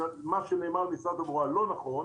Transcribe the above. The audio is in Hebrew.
מה שנאמר במשרד התחבורה לא נכון.